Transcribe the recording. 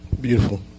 Beautiful